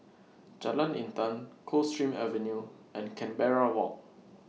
Jalan Intan Coldstream Avenue and Canberra Walk